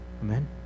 Amen